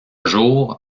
jour